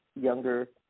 younger